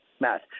matt